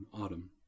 Autumn